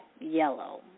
Yellow